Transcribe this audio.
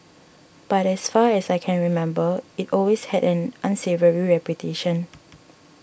but as far as I can remember it always had an unsavoury reputation